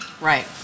Right